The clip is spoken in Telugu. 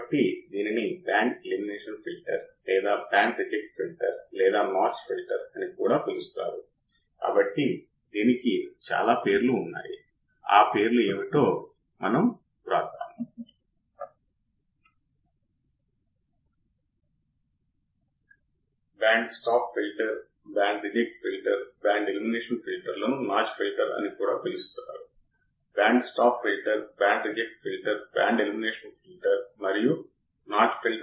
కాబట్టి ఇన్పుట్ టెర్మినల్స్ రెండూ గ్రౌన్దేడ్ అయినప్పుడు మరోసారి చూద్దాం అవుట్పుట్ వోల్టేజ్ ఐడియల్ గా సున్నా ఉండాలి ఏది ఏమయినప్పటికీ ఆచరణాత్మక ఆప్ ఆంప్ విషయంలో సున్నా కాకుండా అవుట్పుట్ వోల్టేజ్ ఉన్నట్లయితే అవుట్పుట్ వోల్టేజ్ మిల్లివోల్ట్లలోని సున్నా కాని చిన్న వోల్టేజ్ మిల్లివోల్ట్లలోని చిన్న వోల్టేజ్ ని ఇన్పుట్ టెర్మినల్లో ఒకదానికి వర్తించాల్సిన అవసరం ఉంది